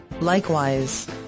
Likewise